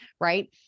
Right